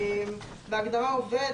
בהגדרה עובד,